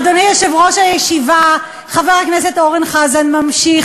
אדוני יושב-ראש הישיבה, חבר הכנסת אורן חזן ממשיך.